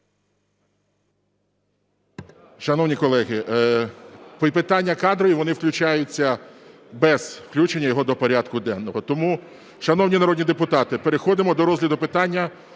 Шановні колеги, питання кадрові, вони включаються без включення його до порядку денного. Тому, шановні народні депутати, переходимо до розгляду питання